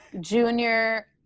junior